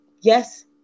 Yes